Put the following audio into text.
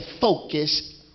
focus